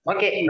Okay